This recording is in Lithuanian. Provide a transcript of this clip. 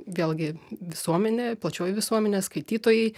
vėlgi visuomenė plačioji visuomenė skaitytojai